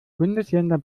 bundesländer